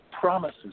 promises